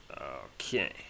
Okay